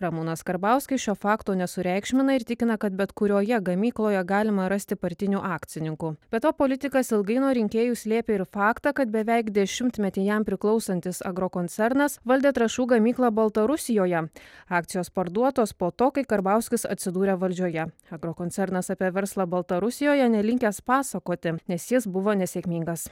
ramūnas karbauskis šio fakto nesureikšmina ir tikina kad bet kurioje gamykloje galima rasti partinių akcininkų be to politikas ilgai nuo rinkėjų slėpė ir faktą kad beveik dešimtmetį jam priklausantis agrokoncernas valdė trąšų gamyklą baltarusijoje akcijos parduotos po to kai karbauskis atsidūrė valdžioje agrokoncernas apie verslą baltarusijoje nelinkęs pasakoti nes jis buvo nesėkmingas